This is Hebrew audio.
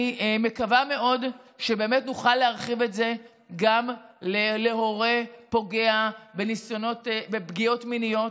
אני מקווה מאוד שבאמת נוכל להרחיב את זה גם להורה פוגע בפגיעות מיניות.